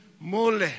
Mole